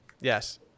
Yes